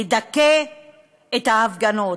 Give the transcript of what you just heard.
לדכא את ההפגנות.